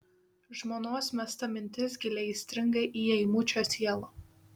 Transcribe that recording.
žmonos mesta mintis giliai įstringa į eimučio sielą